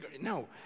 no